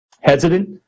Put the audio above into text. hesitant